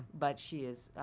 but she is